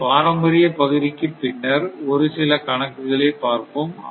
இந்த பாரம்பரிய பகுதிக்கு பின்னர் ஒரு சில கணக்குகளை பார்ப்போம்